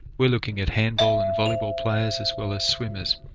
we're looking at handball and volleyball players as well as swimmers,